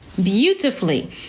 beautifully